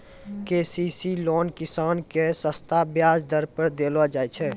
KCC loan किसान के सस्ता ब्याज दर पर देलो जाय छै